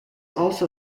also